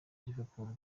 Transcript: liverpool